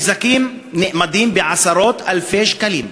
הנזקים נאמדים בעשרות-אלפי שקלים.